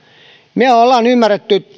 me olemme ymmärtäneet